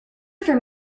for